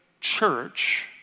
church